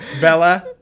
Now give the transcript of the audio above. Bella